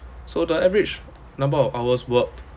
so the average number of hours worked